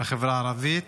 בחברה הערבית.